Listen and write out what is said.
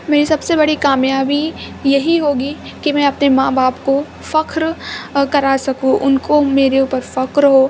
میری سب سے بڑی کامیابی یہی ہوگی کہ میں اپنے ماں باپ کو فخر کرا سکوں ان کو میرے اوپر فخر ہو